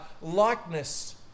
likeness